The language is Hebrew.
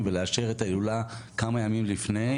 אם לא נתחיל לא נסיים אתם יודעים אני מרגיש כמו אחרי מבצע אנטבה,